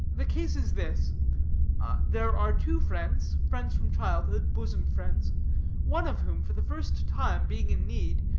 the case is this there are two friends, friends from childhood, bosom-friends one of whom, for the first time, being in need,